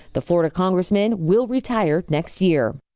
the florida congressman will retire next year.